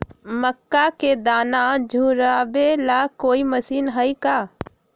मक्का के दाना छुराबे ला कोई मशीन हई का?